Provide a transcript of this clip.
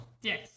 Yes